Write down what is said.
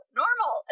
normal